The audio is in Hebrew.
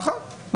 נכון.